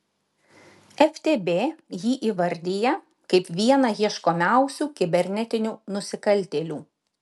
ftb jį įvardija kaip vieną ieškomiausių kibernetinių nusikaltėlių